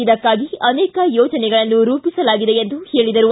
ಇದಕ್ಕಾಗಿ ಅನೇಕ ಯೋಜನೆಗಳನ್ನು ರೂಪಿಸಲಾಗಿದೆ ಎಂದು ಹೇಳಿದರು